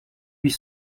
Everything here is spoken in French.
huit